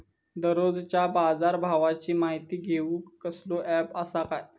दररोजच्या बाजारभावाची माहिती घेऊक कसलो अँप आसा काय?